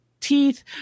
teeth